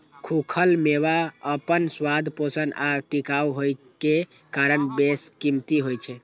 खूखल मेवा अपन स्वाद, पोषण आ टिकाउ होइ के कारण बेशकीमती होइ छै